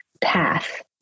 path